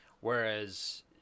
whereas